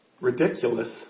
ridiculous